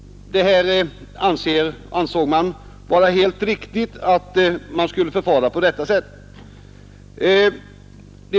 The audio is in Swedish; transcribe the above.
Man ansåg att det var helt riktigt att förfara på detta sätt.